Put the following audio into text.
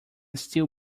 still